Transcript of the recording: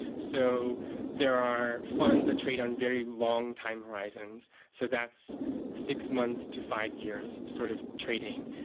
so there are funds that trade on very long time horizons so that's six months to five years sort of trading.